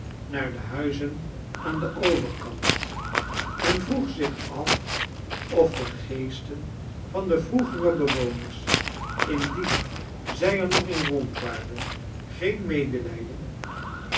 naar de huizen aan den overkant en vroeg zieh af of de geesten van de vroegere bewoners indien zij er nog in roudwaa rden geen medeiijden